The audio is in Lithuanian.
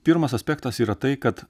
pirmas aspektas yra tai kad